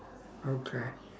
okay